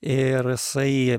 ir jisai